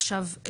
עכשיו,